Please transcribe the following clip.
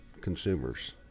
consumers